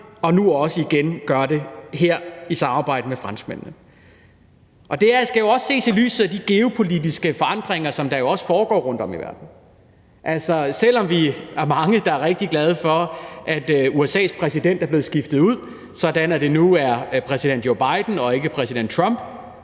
ved nu også her at gøre det igen i samarbejde med franskmændene. Det skal jo også ses i lyset af de geopolitiske forandringer, som der jo også foregår rundtom i verden. Altså, selv om vi er mange, der er rigtig glade for, at USA's præsident er blevet skiftet ud, sådan at det nu er præsident Joe Biden og ikke præsident Trump,